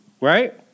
Right